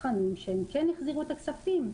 שכן החזירו את הכספים,